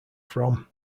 from